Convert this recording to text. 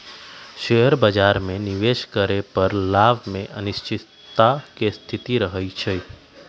share बाजार में निवेश करे पर लाभ में अनिश्चितता के स्थिति रहइ छइ